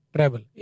Travel